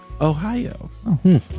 Ohio